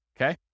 okay